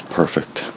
perfect